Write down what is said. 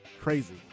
Crazy